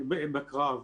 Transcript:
בקרב.